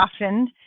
often